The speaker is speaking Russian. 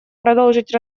продолжить